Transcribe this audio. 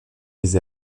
lès